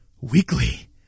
Weekly